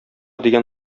дигән